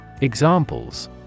Examples